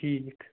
ٹھیٖک